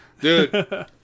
dude